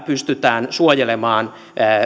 pystytään suojelemaan